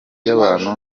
y’abantu